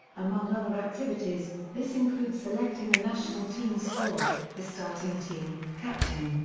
among other activities, this includes selecting the national team squad, the starting team, captain,